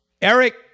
Eric